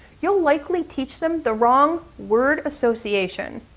you'll likely teach them the wrong word association.